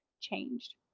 changed